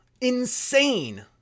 Insane